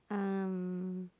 um